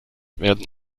werden